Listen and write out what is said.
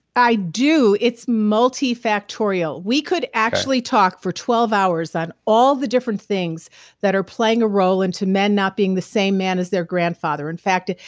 i do. it's multifactorial. we could actually talk for twelve twelve hours on all the different things that are playing a role into men not being the same man as their grandfather. in fact,